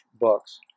books